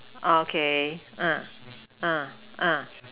okay en en en